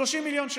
30 מיליון שקל.